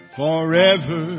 forever